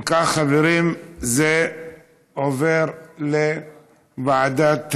אם כך, חברים, זה עובר לוועדת העבודה,